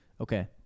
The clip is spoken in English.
okay